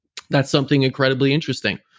that's something incredibly interesting.